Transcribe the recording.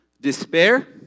despair